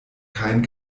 kein